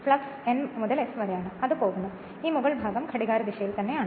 flux 9flux N മുതൽ S വരെയാണ് അത് പോകുന്നു ഈ മുകൾഭാഗം ഘടികാരദിശയിലാണ്